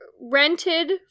rented